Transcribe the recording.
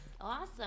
Awesome